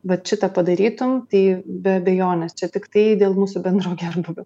vat šitą padarytum tai be abejonės čia tiktai dėl mūsų bendro gerbūvio